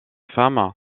femme